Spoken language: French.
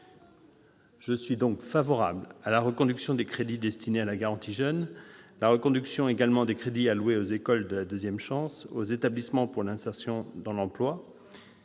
je suis favorable à la reconduction des crédits destinés à la garantie jeunes, à la reconduction des crédits alloués aux écoles de la deuxième chance et aux établissements pour l'insertion dans l'emploi,